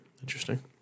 Interesting